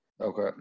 Okay